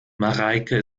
mareike